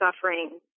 suffering